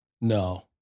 No